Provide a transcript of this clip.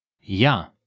Ja